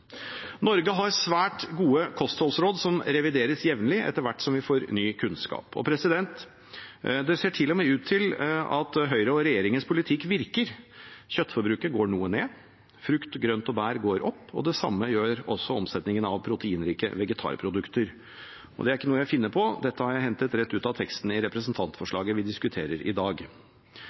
Norge har svært gode kostholdsråd som revideres jevnlig, etter hvert som vi får ny kunnskap. Det ser til og med ut som om Høyre og regjeringens politikk virker. Kjøttforbruket går noe ned, frukt, grønt og bær går opp, og det samme gjør omsetningen av proteinrike vegetarprodukter. Dette er ikke noe jeg finner på, dette har jeg hentet rett ut av teksten i representantforslaget vi diskuterer i dag.